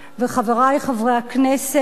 וחברי חברי הכנסת,